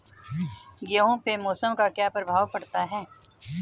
गेहूँ पे मौसम का क्या प्रभाव पड़ता है?